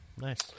Nice